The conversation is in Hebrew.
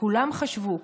כולם חשבו,